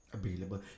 available